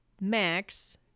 Max